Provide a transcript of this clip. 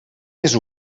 més